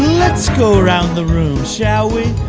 let's go around the room, shall we?